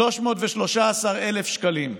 313,000 שקלים.